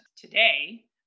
today